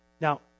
Now